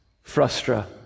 Frustra